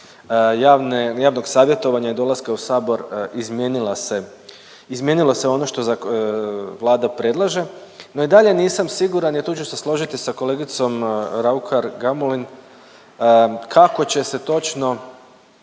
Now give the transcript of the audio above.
javnog savjetovanja i dolaska u sabor izmijenila se izmijenilo se ono što Vlada predlaže no i dalje nisam siguran i tu ću se složiti sa kolegicom Raukar Gamulin kako će se točno